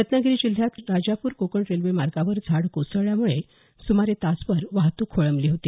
रत्नागिरी जिल्ह्यात राजापूर कोकण रेल्वे मार्गावर झाडं कोसळल्यामुळे सुमारे तासभर वाहतूक खोळंबली होती